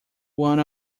one